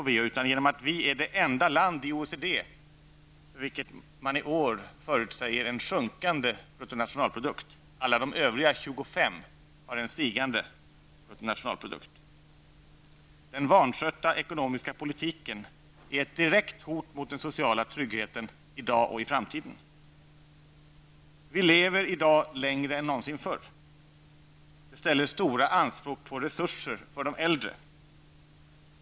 Sverige är unikt genom att vi är det enda land i OECD för vilket man i år förutser en sjunkande bruttonationalprodukt. Alla de övriga 25 länderna har en stigande bruttonationalprodukt. Den vanskötta ekonomiska politiken är ett direkt hot mot den sociala tryggheten i dag och i framtiden. Vi lever i dag längre än någonsin förr. Det ställer stora anspråk på resurser för de äldre.